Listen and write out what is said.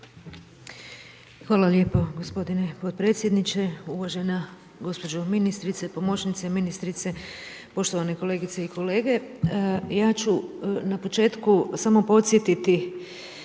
Hvala lijepo gospodine potpredsjedniče, uvažena gospođo ministrice, pomoćnice ministrice, poštovane kolegice i kolege. Ja ću na početku samo podsjetiti,